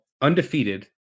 undefeated